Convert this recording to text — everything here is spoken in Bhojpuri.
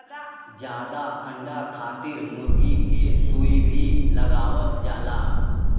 जादा अंडा खातिर मुरगी के सुई भी लगावल जाला